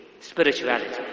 spirituality